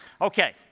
Okay